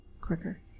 quicker